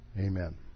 Amen